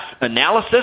analysis